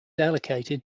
allocated